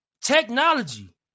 Technology